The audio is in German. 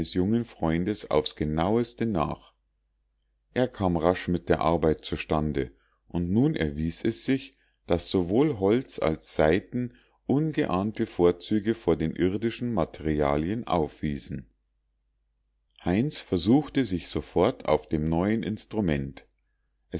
jungen freundes aufs genaueste nach er kam rasch mit der arbeit zustande und nun erwies es sich daß sowohl holz als saiten ungeahnte vorzüge vor den irdischen materialien aufwiesen heinz versuchte sich sofort auf dem neuen instrument